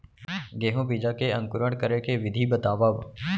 गेहूँ बीजा के अंकुरण करे के विधि बतावव?